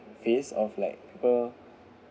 face of like people